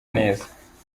neza